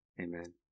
Amen